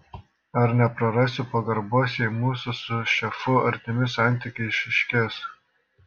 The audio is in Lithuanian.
ar neprarasiu pagarbos jei mūsų su šefu artimi santykiai išaiškės